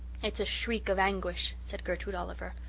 it's a shriek of anguish, said gertrude oliver.